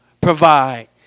provide